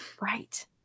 right